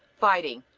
fighting,